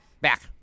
Back